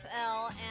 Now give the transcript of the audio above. NFL